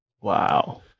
Wow